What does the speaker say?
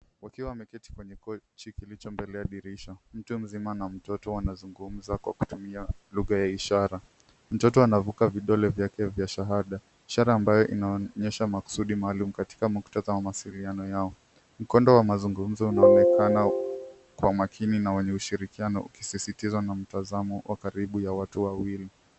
Wakiwa wameketi kwenye kiti kilicho mbele ya dirisha, mtu amesimama na mtoto wanazungumza kwa kutumia lugha ya ishara, mtoto anafunga vidole yake vya shahada, ishara ambaye inaonyesha mazudi maalumu katika muktata mawaziliano yao. Mkondo wa mazungumzo unaonekana kwa makini na wenye ushirikiano na ukisisitiza na mtasamo wa karibu ya watu wawili.